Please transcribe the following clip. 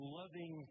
loving